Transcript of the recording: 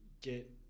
get